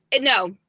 no